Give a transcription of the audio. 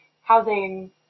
housing